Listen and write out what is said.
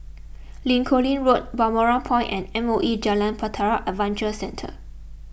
Lincoln Road Balmoral Point and M O E Jalan Bahtera Adventure Centre